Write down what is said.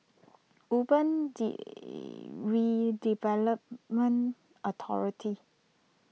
Urban Redevelopment Authority